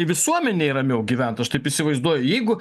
visuomenei ramiau gyvent aš taip įsivaizduoju jeigu